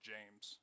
James